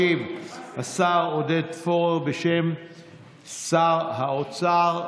ישיב השר עודד פורר, בשם שר האוצר.